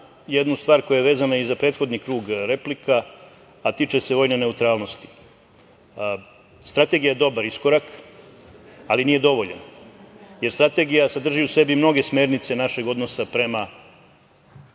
jednu stvar koja je vezana i za prethodni krug replika, a tiče se vojne neutralnosti. Strategija je dobar iskorak, ali nije dovoljan, jer strategija sadrži u sebi mnoge smernice našeg odnosa prema